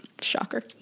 Shocker